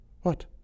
What